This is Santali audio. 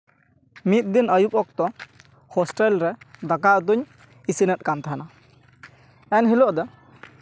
ᱢᱤᱫᱫᱤᱱ ᱟᱹᱭᱩᱵᱽ ᱚᱠᱛᱚ ᱦᱳᱥᱴᱮᱞ ᱨᱮ ᱫᱟᱠᱟ ᱩᱛᱩᱧ ᱤᱥᱤᱱᱮᱫ ᱠᱟᱱ ᱛᱟᱦᱮᱸᱱᱟ ᱮᱱᱦᱤᱞᱳᱜ ᱫᱚ